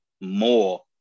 more